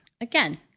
Again